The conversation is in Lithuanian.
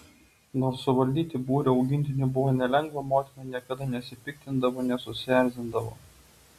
nors suvaldyti būrį augintinių buvo nelengva motina niekada nesipiktindavo nesusierzindavo